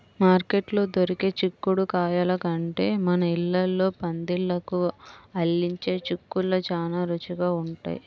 మార్కెట్లో దొరికే చిక్కుడుగాయల కంటే మన ఇళ్ళల్లో పందిళ్ళకు అల్లించే చిక్కుళ్ళు చానా రుచిగా ఉంటయ్